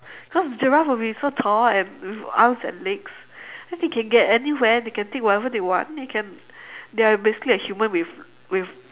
cause giraffes would be so tall and with arms and legs then they get anywhere they can take whatever they want they can they're basically a human with with